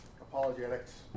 apologetics